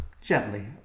gently